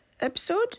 episode